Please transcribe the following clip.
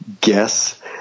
guess